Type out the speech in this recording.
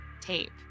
tape